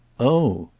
oh!